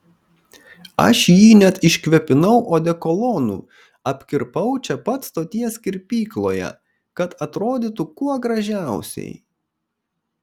aš jį net iškvėpinau odekolonu apkirpau čia pat stoties kirpykloje kad atrodytų kuo gražiausiai